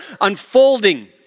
unfolding